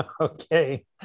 Okay